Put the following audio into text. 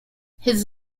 his